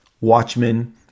Watchmen